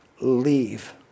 leave